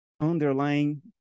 underlying